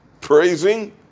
praising